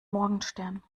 morgenstern